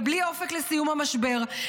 ובלי אופק לסיום המשבר,